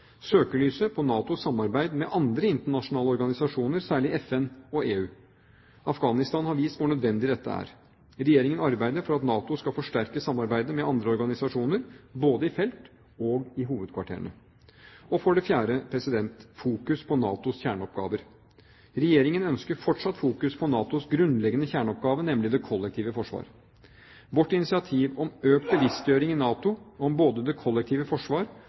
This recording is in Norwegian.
søkelys på NATOs samarbeid med andre internasjonale organisasjoner, særlig FN og EU. Afghanistan har vist hvor nødvendig dette er. Regjeringen arbeider for at NATO skal forsterke samarbeidet med andre organisasjoner både i felt og i hovedkvarterene. For det fjerde: fokus på NATOs kjerneoppgave. Regjeringen ønsker fortsatt fokus på NATOs grunnleggende kjerneoppgave, nemlig det kollektive forsvar. Vårt initiativ om økt bevisstgjøring i NATO om både det kollektive forsvar